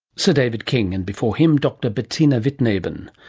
sir david king, and before him, dr. bettina wittneben.